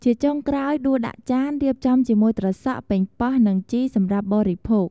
ជាចុងក្រោយដួសដាក់ចាន រៀបចំជាមួយត្រសក់ ប៉េងប៉ោះ និងជីរ សម្រាប់បរិភោគ។